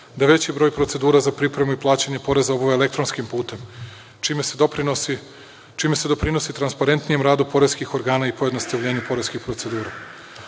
da veći broj procedura za pripremu i plaćanje poreza obave elektronskim putem, čime se doprinosi transparentnijem radu poreskih organa i pojednostavljenju poreskih